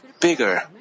bigger